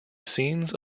scenes